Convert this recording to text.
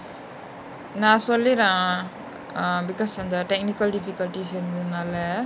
நா சொல்லிரா:na solliraa err because அந்த:antha technical difficulties இருந்ததுனால:irunthathunala